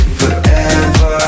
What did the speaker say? forever